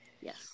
Yes